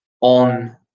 on